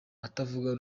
utavuga